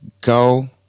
go